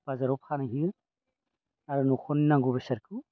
बाजाराव फानहैयो आरो न'खरनि नांगौ बेसादखौ